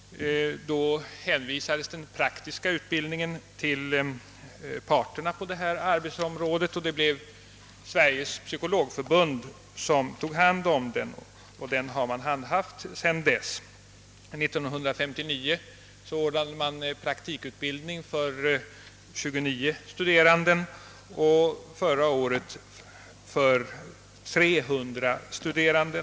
Då hänvisades den praktiska utbildningen till parterna på detta arbetsområde, och det blev Sveriges psykologförbund som tog hand om den. Förbundet har sedan dess handhaft utbildningen. År 1959 ordnades praktikutbildning för 29 studerande, förra året för 300 studerande.